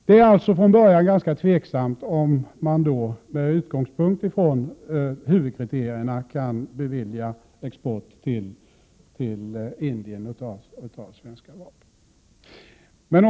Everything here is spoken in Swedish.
Det är alltså från början ganska tveksamt om man med utgångspunkt i huvudkriterierna kan bevilja export till Indien av svenska vapen.